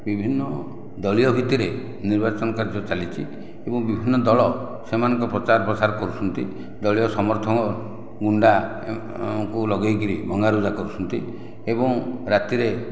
ବିଭିନ୍ନ ଦଳୀୟ ଭିତ୍ତିରେ ନିର୍ବାଚନ କାର୍ଯ୍ୟ ଚାଲିଛି ଏବଂ ବିଭିନ୍ନ ଦଳ ସେମାନଙ୍କ ପ୍ରଚାର ପ୍ରସାର କରୁଛନ୍ତି ଦଳୀୟ ସମର୍ଥଙ୍କ ଗୁଣ୍ଡା ଙ୍କୁ ଲଗାଇକରି ଭଙ୍ଗାରୁଜା କରୁଛନ୍ତି ଏବଂ ରାତିରେ